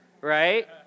Right